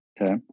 Okay